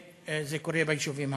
זה קורה ביישובים הערביים.